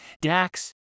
Dax